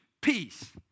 peace